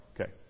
okay